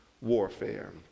Warfare